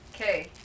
Okay